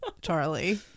Charlie